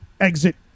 Exit